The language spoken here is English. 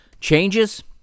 changes